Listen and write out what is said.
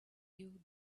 you